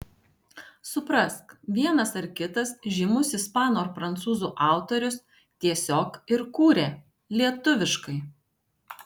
suprask vienas ar kitas žymus ispanų ar prancūzų autorius tiesiog ir kūrė lietuviškai